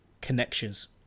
connections